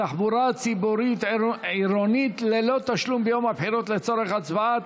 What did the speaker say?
תחבורה ציבורית עירונית ללא תשלום ביום הבחירות לצורך הצבעה),